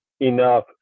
enough